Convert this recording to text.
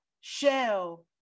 shell